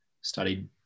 studied